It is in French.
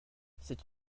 c’est